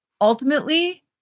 ultimately